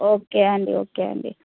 okay అండి okay అండి